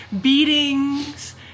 beatings